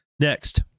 Next